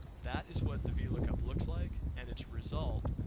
that is what the vlookup looks like, and it's result.